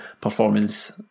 performance